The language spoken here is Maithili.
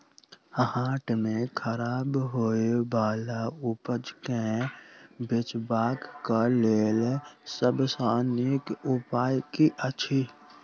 हाट मे खराब होय बला उपज केँ बेचबाक क लेल सबसँ नीक उपाय की अछि?